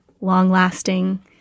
long-lasting